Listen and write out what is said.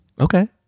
Okay